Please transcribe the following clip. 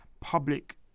public